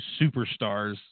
superstars